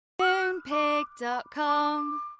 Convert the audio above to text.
Moonpig.com